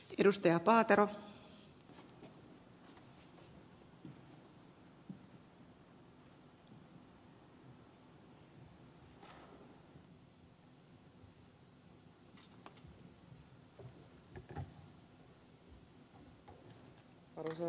arvoisa rouva puhemies